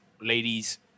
ladies